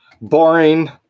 Boring